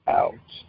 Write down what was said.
out